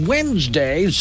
Wednesday